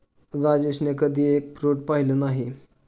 राजेशने कधी egg fruit पाहिलं नाही